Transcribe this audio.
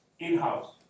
in-house